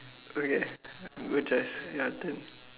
okay good choice your turn